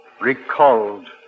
recalled